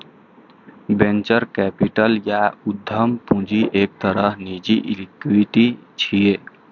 venture capital या उद्यम पूंजी एक तरहक निजी इक्विटी छियै